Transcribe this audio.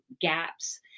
gaps